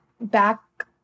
back